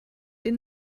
den